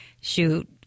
shoot